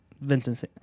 Vincent